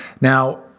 Now